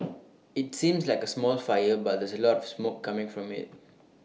IT seems like A small fire but there's A lots of smoke coming from IT